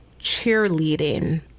cheerleading